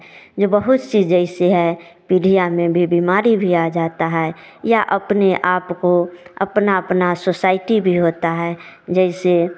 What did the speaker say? जो बहुत चीज़ ऐसी है पीढ़ियाँ में भी बीमारी भी आ जाता है या अपने आपको अपना अपना सोसायटी भी होता है जैसे